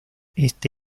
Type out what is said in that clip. este